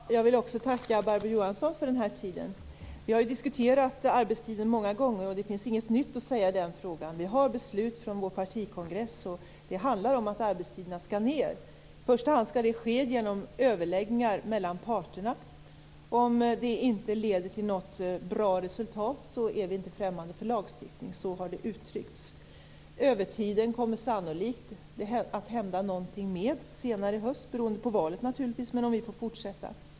Fru talman! Jag vill också tacka Barbro Johansson för den här tiden. Vi har ju diskuterat arbetstiden många gånger, och det finns inget nytt att säga i frågan. Vi har ett beslut från vår kongress om att arbetstiderna skall minskas. I första hand skall det ske genom överläggningar mellan parterna. Om det inte leder till något bra resultat, är vi inte främmande för lagstiftning. Så har det uttryckts. Övertiden kommer det sannolikt att hända någonting med senare i höst om vi får fortsätta, naturligtvis beroende på valet.